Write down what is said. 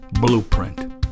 Blueprint